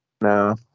No